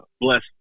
Bless